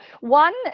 One